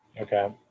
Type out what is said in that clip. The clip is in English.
Okay